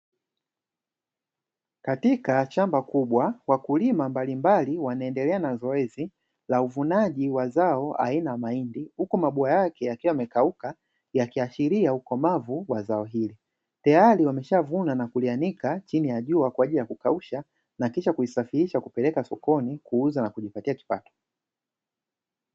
Katika shamba kubwa, wakulima mbalimbali wanaendelea na zoezi la uvunaji wa zao aina mahindi, huku mabua yake yakiwa yamekauka, yakiashiria ukomavu wa zao hili. Tayari wameshavuna na kulianika chini ya jua kwa ajili ya kukausha, na kisha kuisafirisha kupeleka sokoni kuuza na kujipatia kipato.